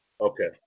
Okay